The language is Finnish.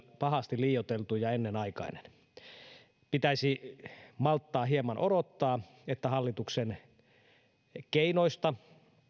pahasti liioiteltu ja ennenaikainen pitäisi malttaa hieman odottaa että hallituksen keinoista